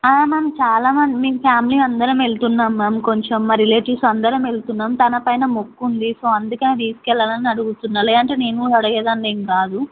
ma'am చాలా మంది మేము ఫ్యామిలీ అందరం వెళ్తున్నాం మ్యామ్ కొంచెం మా రిలేటివ్స్ అందరం వెళ్తున్నాం తన పైన మొక్కు ఉంది సో అందుకే తీసుకెళ్ళాలని అడుగుతున్నా లేదంటే నేను కూడా అడిగే దాన్నేం కాదు